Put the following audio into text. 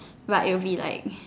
right it will be like